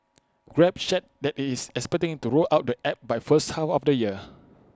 grab shared that IT is expecting to roll out the app by first half of the year